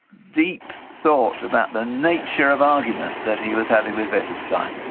deep thought about the nature of argument that he was having with wittgenstein.